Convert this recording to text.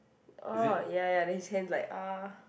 orh ya ya then his hands like ah